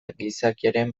gizakiaren